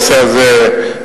הנושא הזה מתקדם,